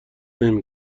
نمی